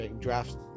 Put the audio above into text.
draft